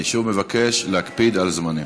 אני שוב מבקש להקפיד על זמנים.